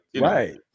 right